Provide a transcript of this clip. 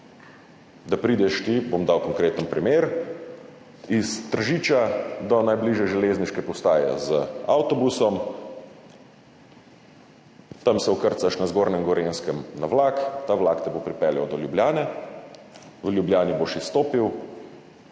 Da prideš, bom dal konkreten primer, iz Tržiča do najbližje železniške postaje z avtobusom, tam se vkrcaš na Zgornjem Gorenjskem na vlak, ta vlak te bo pripeljal do Ljubljane, v Ljubljani boš izstopil,